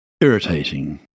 irritating